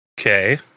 Okay